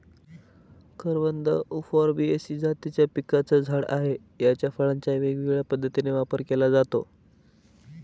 करवंद उफॉर्बियेसी जातीच्या पिकाचं झाड आहे, याच्या फळांचा वेगवेगळ्या पद्धतीने वापर केला जातो